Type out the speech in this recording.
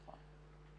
נכון.